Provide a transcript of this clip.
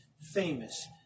famous